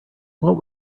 what